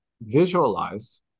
visualize